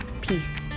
Peace